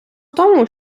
тому